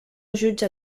jutja